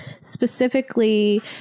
specifically